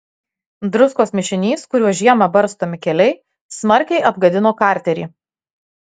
druskos mišinys kuriuo žiemą barstomi keliai smarkiai apgadino karterį